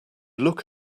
look